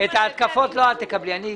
את ההתקפות לא את תקבלי, אני אקבל.